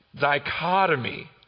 dichotomy